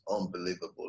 unbelievable